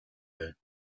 her